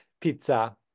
pizza